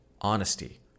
honesty